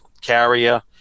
Carrier